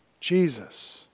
Jesus